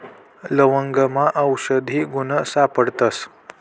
लवंगमा आवषधी गुण सापडतस